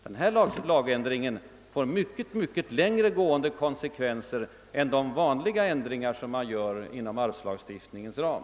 Den nu föreslagna lagändringen får mycket längre gående konsekvenser än de ändringar som man vanligen gör inom arvslagstiftningens ram.